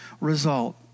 result